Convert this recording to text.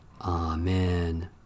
Amen